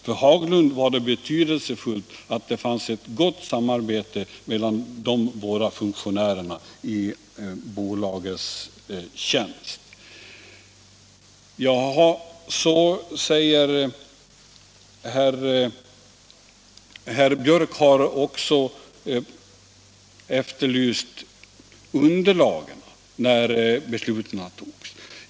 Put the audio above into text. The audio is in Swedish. För Haglund var det betydelsefullt att det fanns ett gott samarbete mellan de båda funktionärerna i bolagets tjänst. Herr Björck har också efterlyst underlag för beslutet.